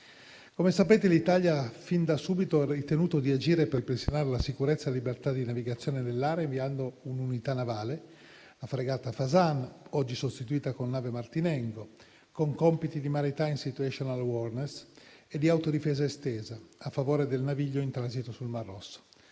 Come sapete, l'Italia fin da subito ha ritenuto di agire per ripristinare la sicurezza e la libertà di navigazione nell'area, inviando un'unità navale, la fregata Fasan, oggi sostituita con nave Martinengo, con compiti di *maritime situational awareness* e di autodifesa estesa a favore del naviglio in transito sul mar Rosso.